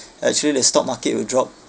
actually the stock market will drop